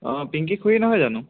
অঁ পিংকী খুড়ী নহয় জানো